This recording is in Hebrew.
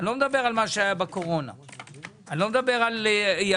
לא מדבר על מה שהיה בקורונה,